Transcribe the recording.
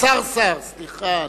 השר סער, סליחה,